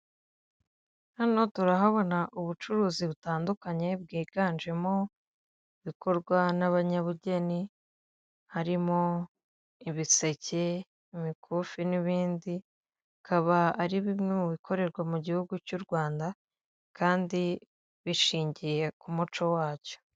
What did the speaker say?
Hano turahabona ubucuruzi butandukanye bwiganjemo ibikorwa n'abanyabugeni harimo; ibiseke, imikufi n'ibindi, bikaba ari bimwe mu bikorerwa mu gihugu cy'u Rwanda kandi bishingiye ku muco wacyo.